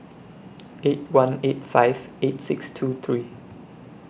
eight one eight five eight six two three